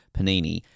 Panini